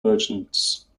merchants